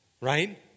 right